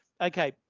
Okay